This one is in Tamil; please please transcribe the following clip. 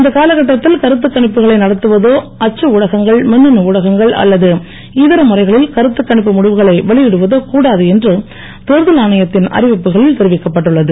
இந்தக் காலகட்டத்தில் கருத்துக் கணிப்புகளை நடத்துவதோ அச்சு ஊடகங்கள் மின்னணு ஊடகங்கள் அல்லது இதர முறைகளில் கருத்துக் கணிப்பு முடிவுகளை வெளியிடுவதோ கூடாது என்று தேர்தல் ஆணையத்தின் அறிவிப்புகளில் தெரிவிக்கப்பட்டுள்ளது